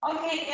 Okay